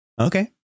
Okay